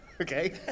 Okay